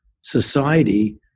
society